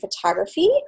photography